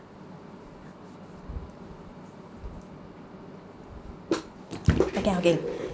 okay okay